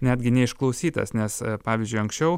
netgi neišklausytas nes pavyzdžiui anksčiau